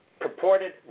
Purported